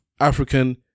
African